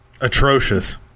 atrocious